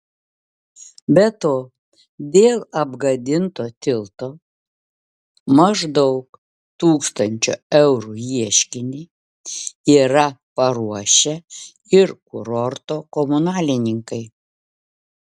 be to dėl apgadinto tilto maždaug tūkstančio eurų ieškinį yra paruošę ir kurorto komunalininkai